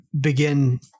begin